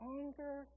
anger